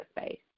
space